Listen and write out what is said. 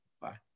Bye